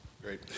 Great